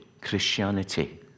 Christianity